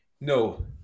No